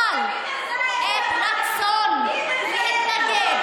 אבל את הרצון להתנגד,